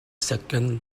second